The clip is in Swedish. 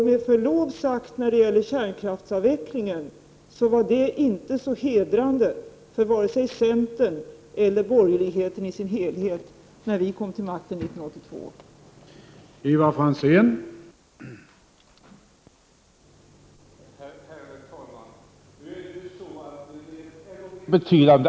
Med förlov sagt var kärnkraftsavvecklingsfrågan inte så hedrande för vare sig centern eller borgerligheten i sin helhet när vi kom till makten 1982.